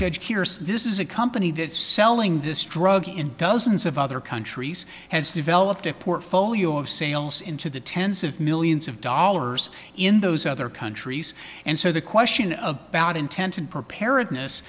mind this is a company that is selling this drug in dozens of other countries has developed a portfolio of sales into the tens of millions of dollars in those other countries and so the question of about intent and preparedness